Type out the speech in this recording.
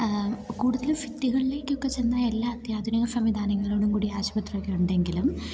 കൂടുതൽ സിറ്റികളിലേക്കൊക്കെ ചെന്നാൽ എല്ലാ അത്യാധുനിക സംവിധാനങ്ങളോടും കൂടി ആശുപത്രിയൊക്കെ ഉണ്ടെങ്കിലും